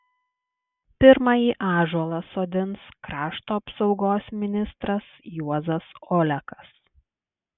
pirmąjį ąžuolą sodins krašto apsaugos ministras juozas olekas